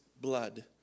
blood